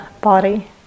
body